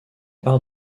part